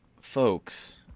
Folks